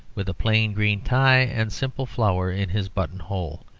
with a plain green tie and simple flower in his button-hole.